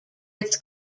its